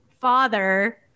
father